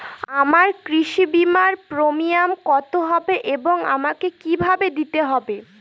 আমার কৃষি বিমার প্রিমিয়াম কত হবে এবং আমাকে কি ভাবে দিতে হবে?